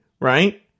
right